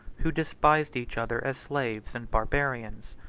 who despised each other as slaves and barbarians.